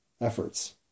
efforts